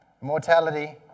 Mortality